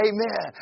Amen